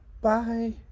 bye